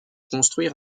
construire